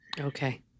Okay